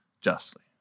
justly